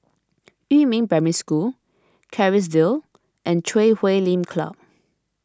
Yumin Primary School Kerrisdale and Chui Huay Lim Club